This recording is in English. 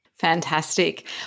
Fantastic